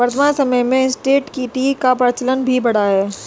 वर्तमान समय में इंसटैंट टी का प्रचलन भी बढ़ा है